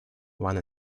one